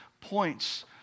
points